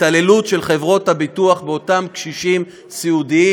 התעללות של חברות הביטוח באותם קשישים סיעודיים.